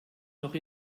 noch